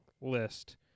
list